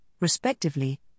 respectively